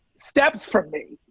steps from me.